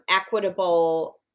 equitable